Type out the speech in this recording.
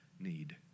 need